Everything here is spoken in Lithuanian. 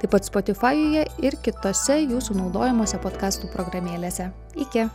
taip pat spotifajui ir kitose jūsų naudojamose potkastų programėlėse iki